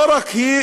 ולא רק היא.